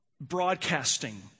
broadcasting